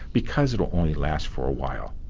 because it only lasts for a while.